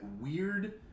weird